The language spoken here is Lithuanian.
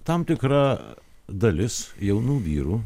tam tikra dalis jaunų vyrų